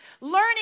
learning